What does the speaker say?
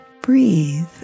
Breathe